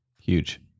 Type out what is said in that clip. Huge